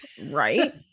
Right